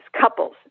couples